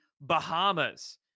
Bahamas